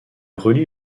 relie